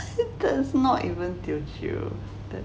that's not even teochew